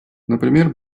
например